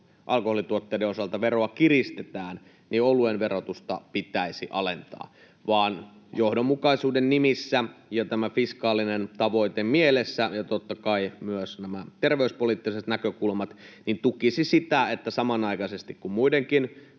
alkoholituotteiden osalta veroa kiristetään. Johdonmukaisuuden nimissä tämä fiskaalinen tavoite ja totta kai myös nämä terveyspoliittiset näkökulmat tukisivat sitä, että samanaikaisesti, kun muidenkin